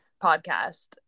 podcast